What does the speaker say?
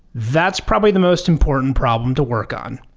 that's probably the most important problem to work on.